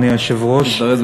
תזדרז,